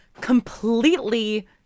completely